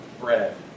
bread